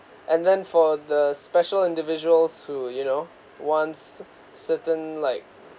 and then for the special individuals who you know once certain like